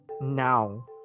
now